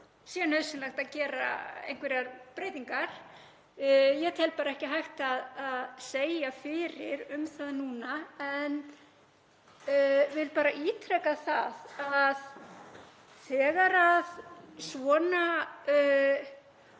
sé nauðsynlegt að gera einhverjar breytingar. Ég tel ekki hægt að segja fyrir um það núna en vil bara ítreka það að þegar svona